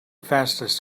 fastest